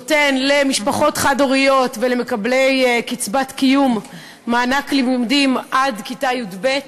נותן למשפחות חד-הוריות ולמקבלי קצבת קיום מענק לימודים עד כיתה י"ב,